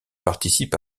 participe